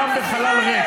לא באה לעולם בחלל ריק.